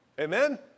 Amen